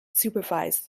supervise